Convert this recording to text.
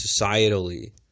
societally